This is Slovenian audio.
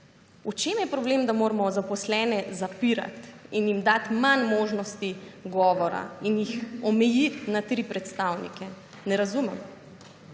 V čem je problem, da moramo zaposlene zapirati in jim dati manj možnosti govora in jih omejiti na 3 predstavnike. Ne razumem.